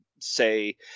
say